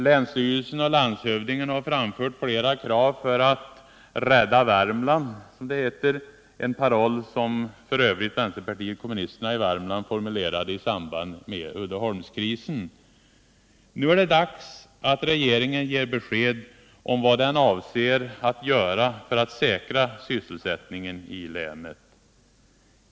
Länsstyrelsen och landshövdingen har framfört flera krav för att ”rädda Värmland” — en paroll som vpk i Värmland f. ö. formulerade i samband med Uddeholmskrisen. Nu är det dags för regeringen att ge besked om vad den avser att göra för att säkra sysselsättningen i länet.